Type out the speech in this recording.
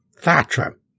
Thatcher